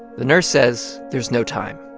the nurse says, there's no time.